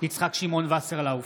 יצחק שמעון וסרלאוף,